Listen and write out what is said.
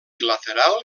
lateral